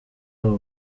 abo